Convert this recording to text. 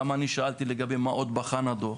למה אני שאלתי לגבי מה עוד בחן הדוח?